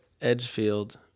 Edgefield